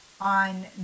on